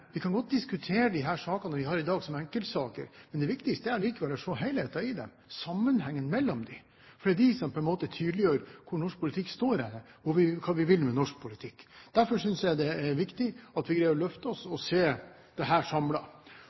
vi godt kan diskutere de sakene vi har i dag som enkeltsaker, men det viktigste er likevel å se helheten, sammenhengen mellom dem, for det er de som på en måte tydeliggjør hvor norsk politikk står her, og hva vi vil med norsk politikk. Derfor synes jeg det er viktig at vi greier å løfte oss og se dette samlet. Fokus er selvfølgelig på internasjonalt samarbeid, det